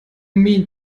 mean